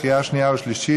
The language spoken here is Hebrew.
לקריאה שנייה ושלישית.